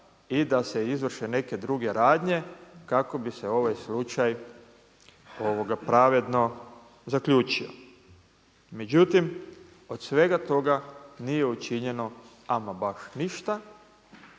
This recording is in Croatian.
i da se izvrše neke druge radnje kako bi se ovaj slučaj pravedno zaključio. Međutim, od svega toga nije učinjeno ama baš ništa.